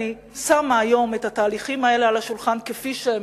אני שמה היום את התהליכים האלה על השולחן כפי שהם,